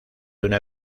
una